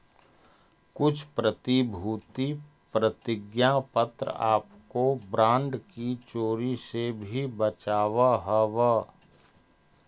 कुछ प्रतिभूति प्रतिज्ञा पत्र आपको बॉन्ड की चोरी से भी बचावअ हवअ